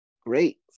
great